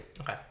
Okay